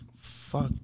fuck